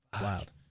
Wild